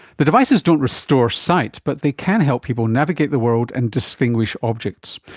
the devices don't restore sight but they can help people navigate the world and distinguish objects.